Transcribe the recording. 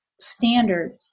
standard